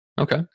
Okay